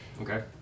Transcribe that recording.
Okay